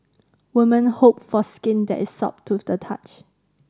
women hope for skin that is soft to the touch